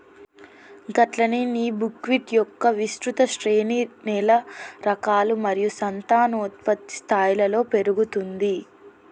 గట్లనే నీ బుక్విట్ మొక్క విస్తృత శ్రేణి నేల రకాలు మరియు సంతానోత్పత్తి స్థాయిలలో పెరుగుతుంది